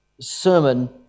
sermon